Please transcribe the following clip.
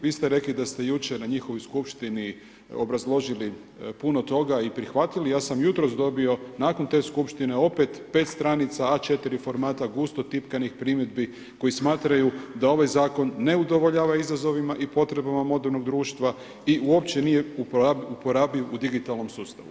Vi ste rekli da ste jučer na njihovoj skupštini obrazložili puno toga i prihvatili, ja sam jutros dobio nakon te skupštine opet 5 stranica A4 formata gusto tipkanih primjedbi koji smatraju da ovaj zakon ne udovoljava izazovima i potrebama modernoga društva i uopće nije uporabiv u digitalnom sustavu.